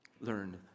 learn